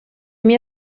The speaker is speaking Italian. mie